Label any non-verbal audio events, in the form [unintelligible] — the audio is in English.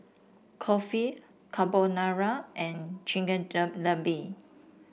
Kulfi Carbonara and [unintelligible]